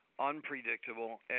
unpredictable